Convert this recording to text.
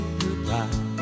goodbye